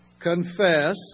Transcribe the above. confess